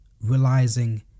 Realizing